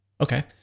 Okay